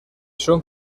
son